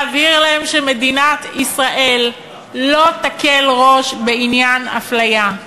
ולהבהיר להם שמדינת ישראל לא תקל ראש בעניין אפליה.